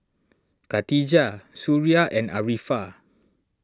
Khatijah Suria and Arifa